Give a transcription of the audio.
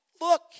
look